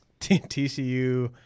TCU